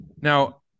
Now